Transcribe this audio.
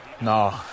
no